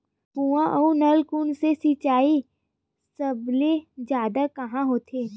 कुआं अउ नलकूप से सिंचाई सबले जादा कहां होथे?